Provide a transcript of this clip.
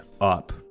up